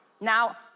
Now